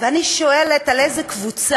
ואני שואלת: על איזה קבוצה?